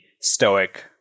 stoic